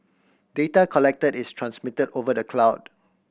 data collected is transmitted over the cloud